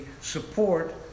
support